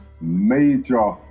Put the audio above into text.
major